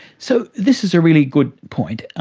so this is a really good point.